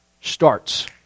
starts